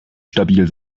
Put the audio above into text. stabil